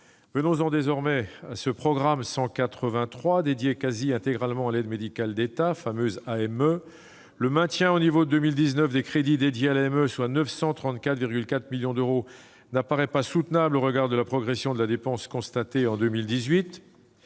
Venons-en désormais à ce programme 183, consacré quasi intégralement à l'aide médicale de l'État, la fameuse AME. Le maintien au niveau de 2019 des crédits consacrés à l'AME, soit 934,4 millions d'euros, n'apparaît pas soutenable au regard de la progression de la dépense constatée en 2018-